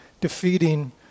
defeating